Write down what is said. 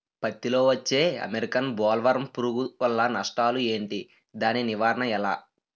పత్తి లో వచ్చే అమెరికన్ బోల్వర్మ్ పురుగు వల్ల నష్టాలు ఏంటి? దాని నివారణ ఎలా?